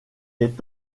est